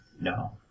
No